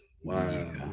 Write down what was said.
Wow